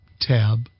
tab